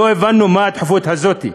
לא הבנו מה הדחיפות הזאת.